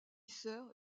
sœur